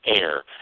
AIR